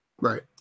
Right